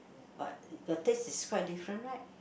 but the taste is quite different right